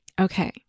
Okay